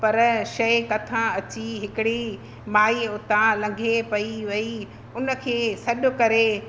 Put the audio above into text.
पर शइ कथा अची हिकिड़ी माई उतां लंघे पई वई उन खे सॾु करे